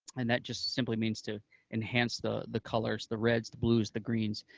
and that just simply means to enhance the the colors, the reds, the blues, the greens,